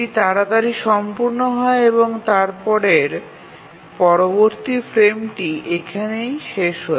এটি তাড়াতাড়ি সম্পূর্ণ হয় এবং তারপরের পরবর্তী ফ্রেমটি এখানেই শেষ হয়